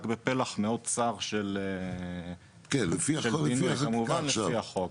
בפלח מאוד צר של --- כמובן לפי החוק.